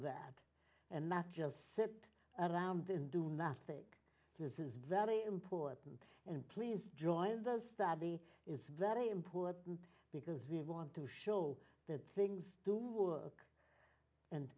that and not just sit around and do not think this is very important and please join us that he is very important because we want to show that things do work and